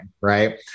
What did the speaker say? right